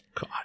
God